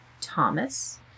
Thomas